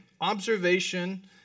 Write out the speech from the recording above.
Observation